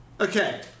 Okay